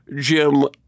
Jim